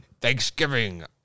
Thanksgiving